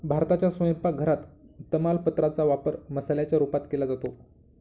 भारताच्या स्वयंपाक घरात तमालपत्रा चा वापर मसाल्याच्या रूपात केला जातो